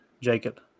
Jacob